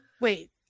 Wait